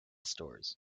stores